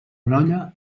brolla